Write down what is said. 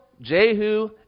Jehu